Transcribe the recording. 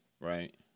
right